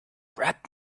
rap